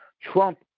Trump